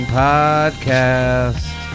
podcast